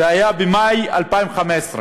זה היה במאי 2015,